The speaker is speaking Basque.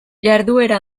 jarduera